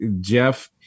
Jeff